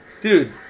Dude